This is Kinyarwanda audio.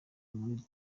muri